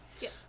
Yes